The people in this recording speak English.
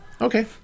Okay